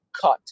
cut